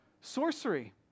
Sorcery